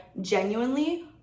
genuinely